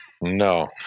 No